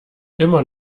immer